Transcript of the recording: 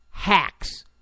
Hacks